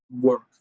work